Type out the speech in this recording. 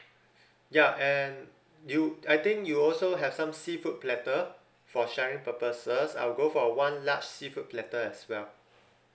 ya and you I think you also have some seafood platter for sharing purposes I'll go for one large seafood platter as well